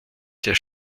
der